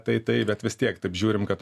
tai tai bet vis tiek taip žiūrim kad